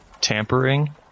tampering